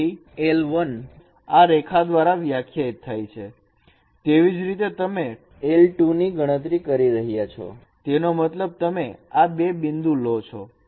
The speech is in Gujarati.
તેથી l1 આ રેખા દ્વારા વ્યાખ્યાયિત થાય છે તેવી જ રીતે તમે l2 ની ગણતરી કરી રહ્યા છો તેનો મતલબ તમે આ બે બિંદુ લો છો